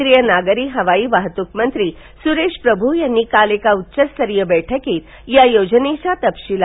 केंद्रीय नागरी हवाई वाहतूक मंत्री सुरेश प्रभू यांनी काल एका उचचस्तरीय बैठकीत या योजनेच्या तपशीलवार चर्चा केली